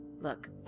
Look